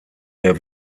der